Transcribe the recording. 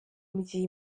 mugihe